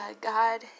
God